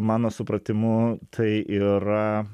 mano supratimu tai yra